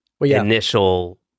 initial